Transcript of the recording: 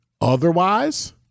Otherwise